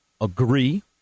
agree